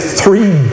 three